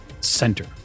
center